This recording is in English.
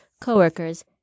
coworkers